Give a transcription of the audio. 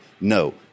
no